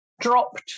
dropped